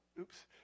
Oops